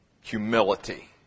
humility